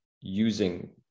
using